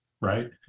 Right